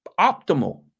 optimal